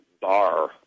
bar